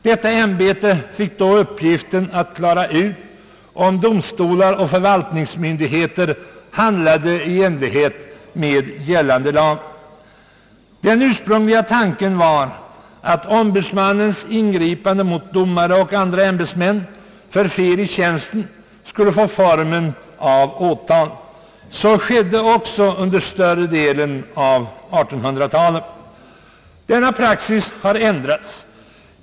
Detta ämbete fick då uppgiften att klara ut om domstolar och förvaltningsmyndigheter handlade i enlighet med gällande lag. Den ursprungliga tanken var att ombudsmannens ingripande mot domare och andra ämbetsmän för fel i tjänsten skulle få formen av åtal. Så skedde också under större delen av 1800-talet. Denna praxis har dock ändrats.